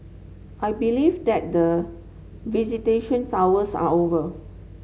I believe that the visitation hours are over